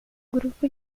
grupo